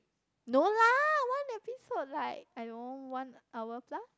no lah one episode like I don't know one hour plus